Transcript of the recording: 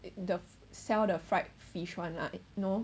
in the sell the fried fish one lah you know